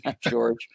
George